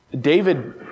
David